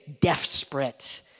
desperate